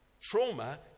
Trauma